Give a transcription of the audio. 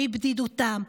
מבדידותם,